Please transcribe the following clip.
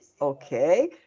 okay